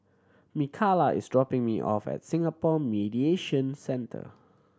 Mikala is dropping me off at Singapore Mediation Centre